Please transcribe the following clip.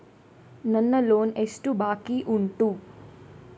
ನನ್ನ ಲೋನ್ ಎಷ್ಟು ಬಾಕಿ ಉಂಟು?